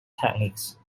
techniques